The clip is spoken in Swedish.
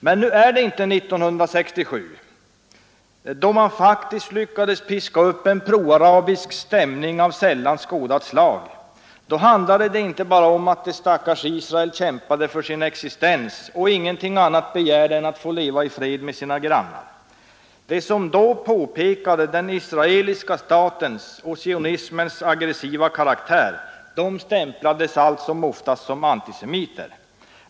Men nu är det inte 1967, då man faktiskt lyckades piska upp en proisraelisk stämning av sällan upplevt slag. Då handlade det inte bara om att det stackars Israel kämpade för sin existens och ingenting annat begärde än att få leva i fred med sina grannar. De som då påpekade den israeliska statens och sionismens aggressiva karaktär stämplades allt som oftast som antisemiter.